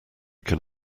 can